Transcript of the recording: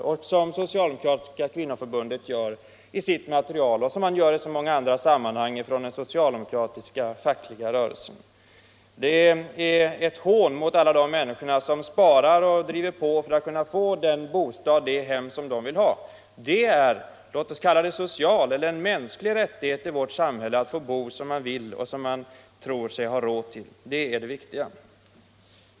Det gäller även det socialdemokratiska kvinnoförbundet i sitt material och den socialdmeokratiska fackliga rörelsen i många olika sammanhang. Det är ett hån mot alla de människor som sparar och driver på för att kunna få den bostad eller det hem de vill ha. Det är en social eller låt oss kalla det en mänsklig rättighet i vårt samhälle att få bo som man vill och som man tror sig ha råd till. Det är det som är det viktiga.